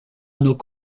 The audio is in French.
nos